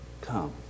come